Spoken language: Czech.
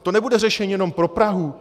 To nebude řešení jenom pro Prahu.